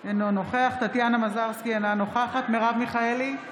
אינו נוכח טטיאנה מזרסקי, אינה נוכחת מרב מיכאלי,